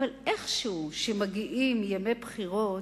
אבל איכשהו, כשמגיעים ימי בחירות,